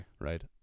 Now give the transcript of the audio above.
Right